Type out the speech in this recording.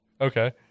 Okay